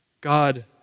God